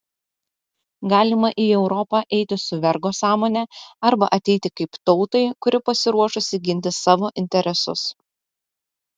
galima į europą eiti su vergo sąmone arba ateiti kaip tautai kuri pasiruošusi ginti savo interesus